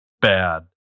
Bad